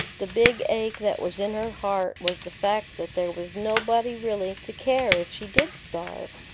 the big ache that was in her heart was the fact that there was nobody really to care if she did starve.